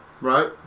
Right